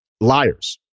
Liars